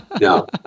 No